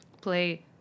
Play